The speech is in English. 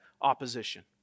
opposition